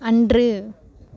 அன்று